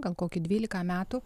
gal kokį dvylika metų